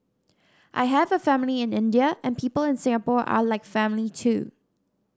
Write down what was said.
I have a family in India and people in Singapore are like family too